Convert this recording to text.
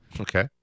Okay